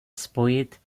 spojit